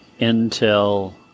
Intel